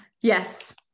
Yes